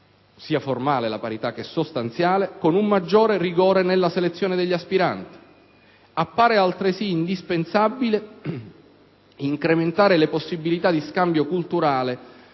sia formale che sostanziale, con un maggiore rigore nella selezione degli aspiranti. Appare altresì indispensabile incrementare le possibilità di scambio culturale